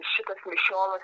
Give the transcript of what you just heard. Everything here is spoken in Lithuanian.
šitas mišiolas